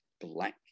Blank